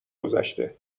گذشته